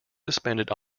suspended